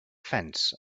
fence